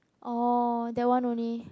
oh that one only